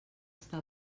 està